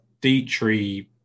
Dietrich